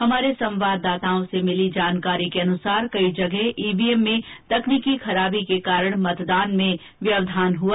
हमारे संवाददाताओं से मिली जानकारी के अनुसार कई जगह ईवीएम मशीनों में तकनीकी खराबी के कारण मतदान में व्यवधान हुआ